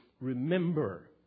remember